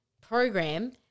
program